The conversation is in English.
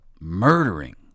murdering